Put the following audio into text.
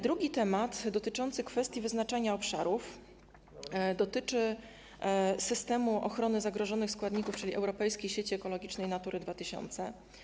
Drugi temat, dotyczący kwestii wyznaczania obszarów, wiąże się z systemem ochrony zagrożonych składników, czyli z Europejską Siecią Ekologiczną Natura 2000.